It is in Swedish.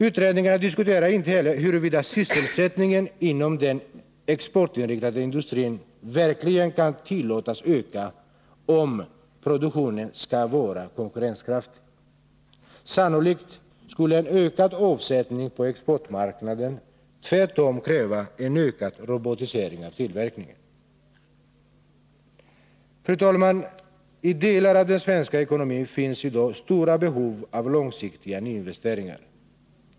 Utredningarna diskuterar inte heller huruvida sysselsättningen inom den exportinriktade industrin verkligen kan tillåtas öka om produktionen skall vara konkurrenskraftig. Sannolikt skulle en ökad avsättning på exportmarknaden tvärtom kräva en ökad robotisering av tillverkningen. I delar av den svenska ekonomin finns i dag stora behov av långsiktiga nyinvesteringar.